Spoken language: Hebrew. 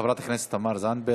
חברת הכנסת תמר זנדברג.